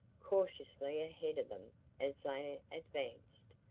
cautiously ahead of them as they advanced.